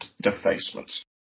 defacements